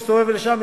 מסתובב לשם,